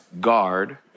guard